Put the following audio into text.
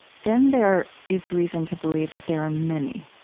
then there is reason to believe that there are many